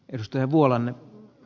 edustaja vuolan